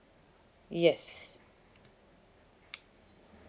yes